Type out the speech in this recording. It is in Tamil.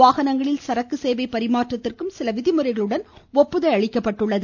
வாகனங்களில் சரக்கு சேவை பரிமாற்றத்திற்கு சில விதிமுறைகளுடன் ஒப்புதல் வழங்கப்பட்டுள்ளது